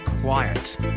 quiet